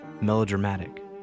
melodramatic